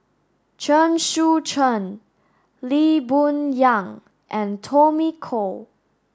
Chen Sucheng Lee Boon Yang and Tommy Koh